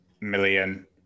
million